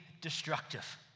destructive